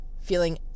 feeling